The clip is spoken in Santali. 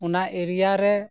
ᱚᱱᱟ ᱴᱚᱴᱷᱟ ᱨᱮ